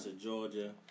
Georgia